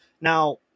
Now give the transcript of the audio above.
Now